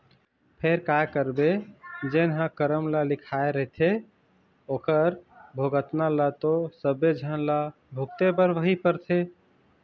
फेर काय करबे जेन ह करम म लिखाय रहिथे ओखर भुगतना ल तो सबे झन ल भुगते बर ही परथे